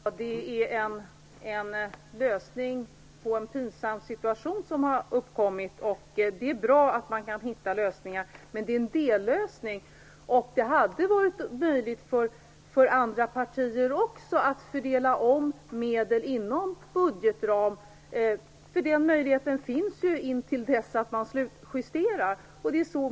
Fru talman! Detta är en lösning på en pinsam situation som har uppkommit. Det är bra att man kan hitta lösningar, men detta är en dellösning. Det hade varit möjligt även för andra partier att fördela om medel inom budgetramen. Den möjligheten finns ju fram till slutjusteringen.